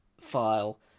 file